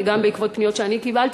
וגם בעקבות פניות שאני קיבלתי,